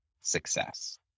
success